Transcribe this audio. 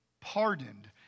pardoned